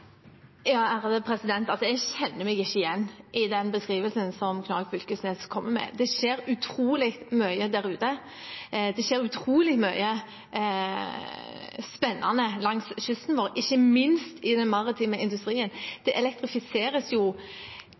Jeg kjenner meg ikke igjen i den beskrivelsen som Knag Fylkesnes kommer med. Det skjer utrolig mye der ute. Det skjer utrolig mye spennende langs kysten vår, ikke minst i den maritime industrien. Det elektrifiseres jo